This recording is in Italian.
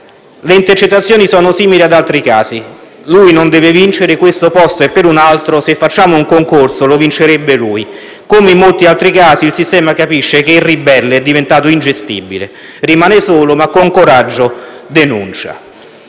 Le intercettazioni sono simili ad altri casi: «Lui non deve vincere. Questo posto è per un altro», ma «se facciamo un concorso lo vincerebbe lui». Come in molti altri casi, il sistema capisce che il ribelle è diventato ingestibile. Rimane solo, ma con coraggio denuncia.